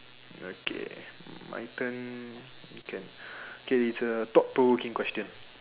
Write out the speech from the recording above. okay my turn can okay it's a thought provoking question